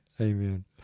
Amen